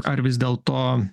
ar vis dėl to